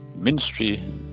ministry